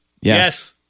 Yes